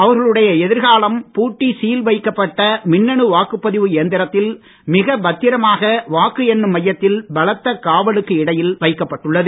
அவர்களுடைன எதிர்காலம் பூட்டி சீல் வைக்கப்பட்ட மின்னணு வாக்குப்பதிவு எந்திரத்தில் மிக பத்திரமாக வாக்கு எண்ணும் மையத்தில் பலத்த காவலுக்கு இடையில் வைக்கப்பட்டுள்ளது